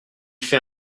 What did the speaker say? fait